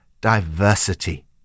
diversity